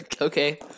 Okay